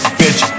bitch